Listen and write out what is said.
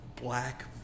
black